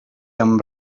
amb